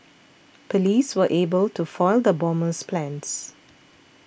police were able to foil the bomber's plans